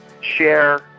Share